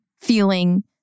feeling